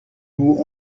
goût